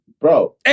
bro